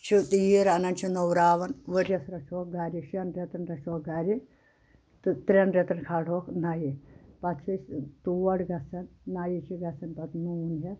چھِ تیٖر اَنان چھِ نوٚوراوان ؤرۍیس رچھہوکھ گرِ شیٚن ریٚتن رچھہوکھ گرِ تہٕ ترٛیٚن ریٚتن کھالہوکھ نیہِ پتہٕ چھِ أسۍ تور گژھان نیہِ چھِ گژھان پتہٕ نوٗن ہیتھ